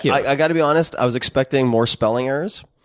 you. i've got to be honest. i was expecting more spelling errors.